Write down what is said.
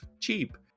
cheap